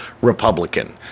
Republican